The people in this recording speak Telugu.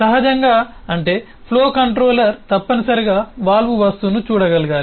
సహజంగా అంటే ఫ్లో కంట్రోలర్ తప్పనిసరిగా వాల్వ్ వస్తువును చూడగలగాలి